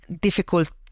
difficult